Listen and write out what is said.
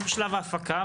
זה בשלב ההפקה.